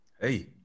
Hey